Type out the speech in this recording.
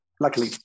Luckily